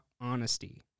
honesty